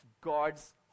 God's